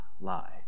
lie